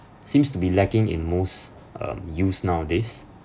seems to be lacking in most um youths nowadays